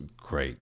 great